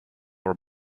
our